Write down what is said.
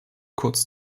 kurz